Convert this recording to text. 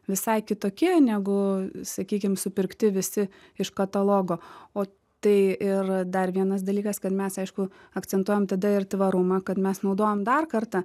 visai kitokie negu sakykim supirkti visi iš katalogo o tai ir dar vienas dalykas kad mes aišku akcentuojam tada ir tvarumą kad mes naudojam dar kartą